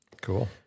Cool